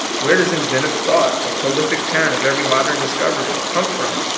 where does inventive thought, the prolific parent of every modern discovery, come from?